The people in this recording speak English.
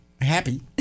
happy